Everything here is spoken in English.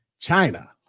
China